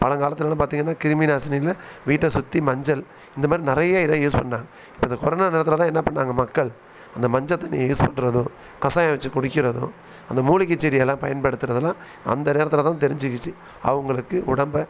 பழங்காலத்துலலாம் பார்த்தீங்கன்னா கிருமி நாசினியில் வீட்டை சுற்றி மஞ்சள் இந்த மாதிரி நிறைய இதை யூஸ் பண்ணிணாங்க இப்போ இந்த கொரோனா நேரத்தில் தான் என்ன பண்ணிணாங்க மக்கள் அந்த மஞ்சள் தண்ணியை யூஸ் பண்ணுறதும் கசாயம் வெச்சு குடிக்கிறதும் அந்த மூலிகைச்செடியெல்லாம் பயன்படுத்துகிறதெல்லாம் அந்த நேரத்தில் தான் தெரிஞ்சிக்கிச்சு அவங்களுக்கு உடம்பை